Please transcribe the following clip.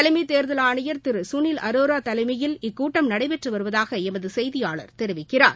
தலைமை தேர்தல் ஆணையர் திரு களில் அரோரா தலைமையில் இக்கூட்டம் நடைபெற்று வருவதாக எமது செய்தியாளர் தெரிவிக்கிறார்